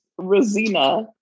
Rosina